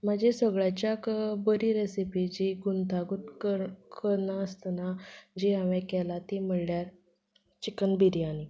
म्हजे सगळ्याच्याक बरी रॅसिपी जी गुंथागूत कर करिनासतना जी हांवें केला ती म्हळ्ळ्यार चिकन बिरयानी